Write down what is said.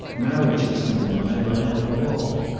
marriage isn't in my line at all.